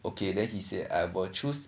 okay then he say I will choose